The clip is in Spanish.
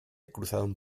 cruzaron